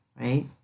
right